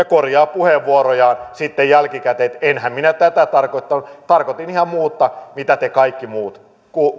korjaa puheenvuorojaan sitten jälkikäteen että enhän minä tätä tarkoittanut tarkoitin ihan muuta mitä te kaikki muut